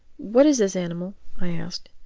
what is this animal? i asked.